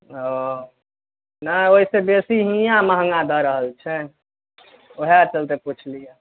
ओ नहि ओहिसँ बेसी हिआँ महगा दऽ रहल छै वएह चलिते पुछलिअऽ